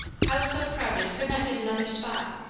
house so crowded could not get another spot.